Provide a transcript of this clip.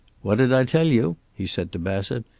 what did i tell you? he said to bassett.